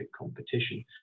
competition